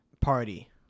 party